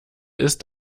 ist